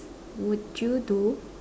would you do